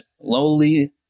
lowly